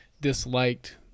disliked